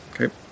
Okay